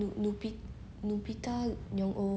I don't know but that movie quite good also I forgot what was it called